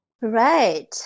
Right